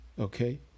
okay